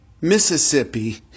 Mississippi